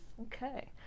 Okay